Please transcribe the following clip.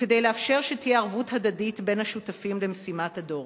וכדי לאפשר שתהיה ערבות הדדית בין השותפים למשימת הדור.